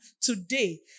today